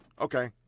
Okay